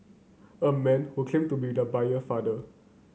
a man who claimed to be the buyer father